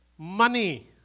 money